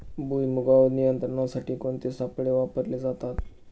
भुईमुगावर नियंत्रणासाठी कोणते सापळे वापरले जातात?